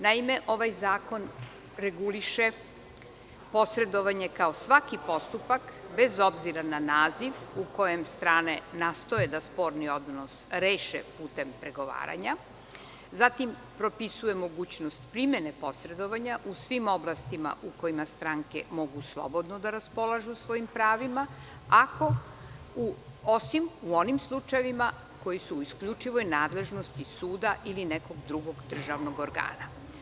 Naime, ovaj zakon reguliše posredovanje kao svaki postupak bez obzira na naziv u kojem strane nastoje da sporni odnos reše putem pregovaranja, zatim propisuje mogućnost primene posredovanja u svim oblastima u kojima stranke mogu slobodno da raspolažu svojim pravima, osim u onim slučajevima koji su u isključivoj nadležnosti suda ili nekog drugog državnog organa.